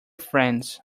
friends